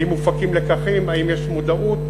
האם מופקים לקחים, האם יש מודעות.